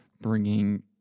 bringing